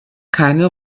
keine